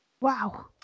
Wow